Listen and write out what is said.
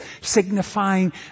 signifying